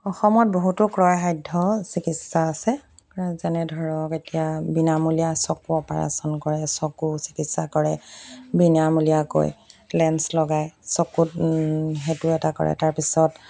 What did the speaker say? অসমত বহুতো ক্ৰয় খাদ্য চিকিৎসা আছে যেনে ধৰক এতিয়া বিনামূলীয়া চকু অপাৰেচন কৰে চকু চিকিৎসা কৰে বিনামূলীয়াকৈ লেঞ্চ লগায় চকুত সেইটো এটা কৰে তাৰপিছত